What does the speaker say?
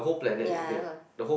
ya her